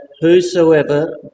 whosoever